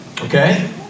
Okay